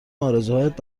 آرزوهایت